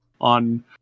on